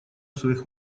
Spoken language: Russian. своих